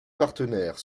partenaires